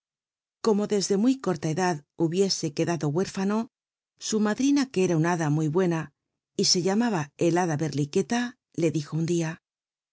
como desde muy corla edad hubiese t ucdado huérfano su biblioteca nacional de españa madrina que era una hada mu buena se llamaba helada berta le dijo un dia